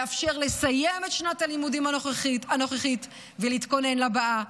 לאפשר לסיים את שנת הלימודים הנוכחית ולהתכונן לבאה,